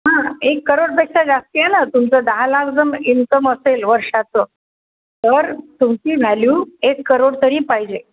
हां एक करोडपेक्षा जास्त आहे ना तुमचं दहा लाख जर इन्कम असेल वर्षाचं तर तुमची व्हॅल्यू एक करोड तरी पाहिजे